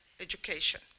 education